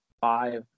five